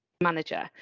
manager